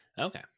Okay